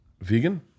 vegan